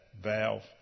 valve